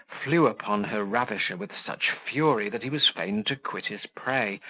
flew upon her ravisher with such fury, that he was fain to quit his prey,